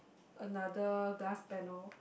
another glass panel